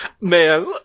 man